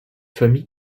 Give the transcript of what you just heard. famille